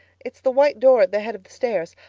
it's the white door at the head of the stairs.